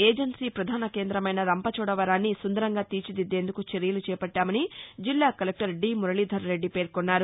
agency ప్రధాన కేంద్రమైన రంపచోడవరాన్ని సుందరంగా తీర్చిదిద్దేందుకు చర్యలు చేపట్టామని జిల్లా కలెక్టర్ మురళీధర్రెడ్డి పేర్కొన్నారు